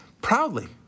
proudly